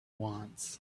wants